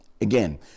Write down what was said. again